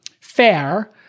fair